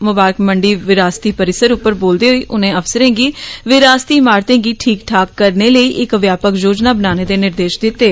मुबारक्ख मंडी विरासती परिसर उप्पर बोलदे होई उनै अफसरें गी विरासती इमारतें गी ठीक ठाक करने लेई इक व्यापक योजना बनाने दे निर्देश दिते